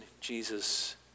Jesus